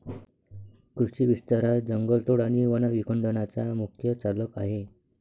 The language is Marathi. कृषी विस्तार हा जंगलतोड आणि वन विखंडनाचा मुख्य चालक आहे